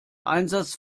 einsatz